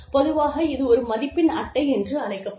பொதுவாக இது ஒரு மதிப்பெண் அட்டை என்று அழைக்கப்படும்